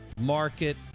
market